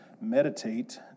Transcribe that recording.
meditate